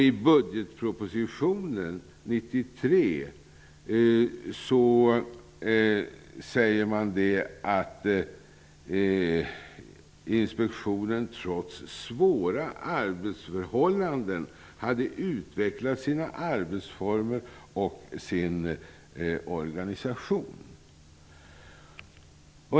I budgetpropositionen 1993 säger regeringen att inspektionen trots svåra arbetsförhållanden hade utvecklat sina arbetsformer och sin organisation.